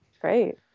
Great